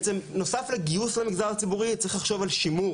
נוסף לגיוס למגזר הציבורי, צריך לחשוב על שימור